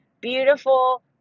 beautiful